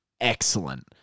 excellent